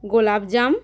গোলাপজাম